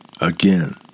Again